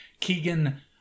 Keegan